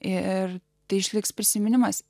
ir tai išliks prisiminimas